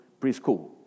preschool